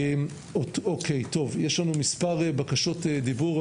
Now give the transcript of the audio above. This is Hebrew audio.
יש לנו מספר בקשות דיבור,